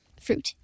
fruit